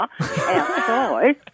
outside